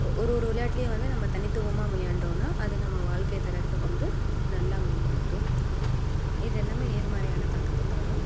ஒரு ஒரு விளையாட்லேயும் வந்து நம்ம தனித்துவமாக விளையாண்டோன்னா அது நம்ம வாழ்க்கை தரத்தை வந்து நல்லா மேம்படுத்தும் இது எல்லாம் நேர்மறையான தாக்கத்தை தரும்